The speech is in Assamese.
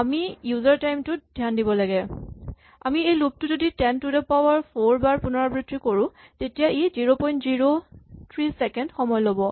আমি ইউজাৰ টাইম টোত ধ্যান দিব লাগে আমি এই লুপ টো যদি ten to the power four বাৰ পুণৰাবৃত্তি কৰো তেতিয়া ই ০০৩ ছেকেণ্ড সময় ল'ব